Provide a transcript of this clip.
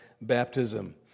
baptism